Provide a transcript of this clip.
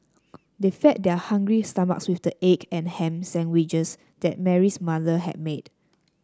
they fed their hungry stomachs with the egg and ham sandwiches that Mary's mother had made